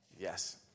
Yes